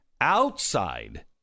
outside